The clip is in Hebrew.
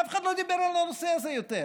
אף אחד לא דיבר על הנושא הזה יותר.